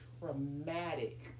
traumatic